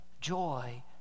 joy